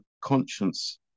conscience